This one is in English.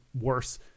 worse